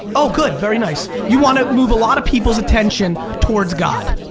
oh good, very nice. you want to move a lot of people's attention towards god?